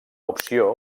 opció